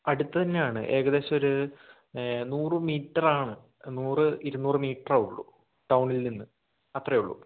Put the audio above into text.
അടുത്ത് തന്നെയാണ് ഏകദേശം ഒരു നൂറ് മീറ്റർ ആണ് നൂറ് ഇരുന്നൂറ് മീറ്ററെ ഉള്ളൂ ടൗണിൽ നിന്ന് അത്രേയുള്ളു